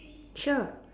sure